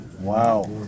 Wow